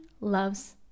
loves